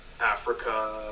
Africa